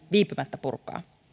viipymättä purkaa